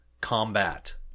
combat